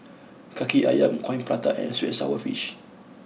Kaki Ayam Coin Prata and Sweet and Sour Fish